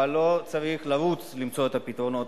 אבל לא צריך לרוץ למצוא את הפתרונות,